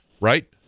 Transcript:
right